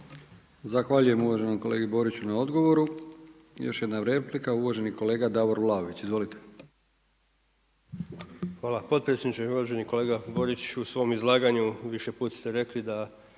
Zahvaljujem uvaženom kolegi Boriću na odgovoru. Još jedna replika uvaženi kolega Davor Vlaović. Izvolite. **Vlaović, Davor (HSS)** Hvala potpredsjedniče. Uvaženi kolega Borić u svom izlaganju više put ste rekli da